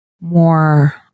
more